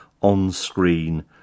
on-screen